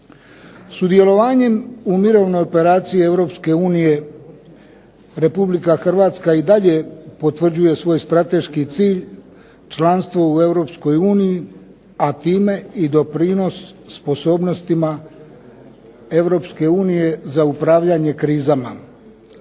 Sudjelovanjem u mirovnoj operaciji Europske unije Republika Hrvatska i dalje potvrđuje svoj strateški cilj članstvo u Europskoj uniji, a time i doprinos sposobnostima Europske unije za upravljanje krizama.